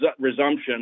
resumption